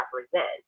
represent